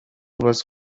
was